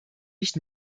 nicht